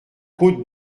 côte